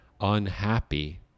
unhappy